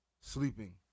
sleeping